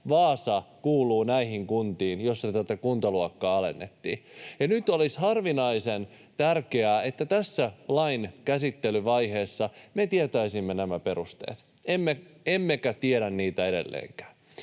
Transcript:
Vaasa kuuluu näihin kuntiin, joissa tätä kuntaluokkaa alennettiin. Nyt olisi harvinaisen tärkeää, että tässä lain käsittelyvaiheessa me tietäisimme nämä perusteet, emmekä tiedä niitä edelleenkään.